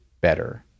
better